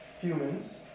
humans